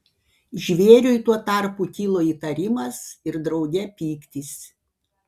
žvėriui tuo tarpu kilo įtarimas ir drauge pyktis